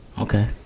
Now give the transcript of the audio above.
okay